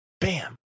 Bam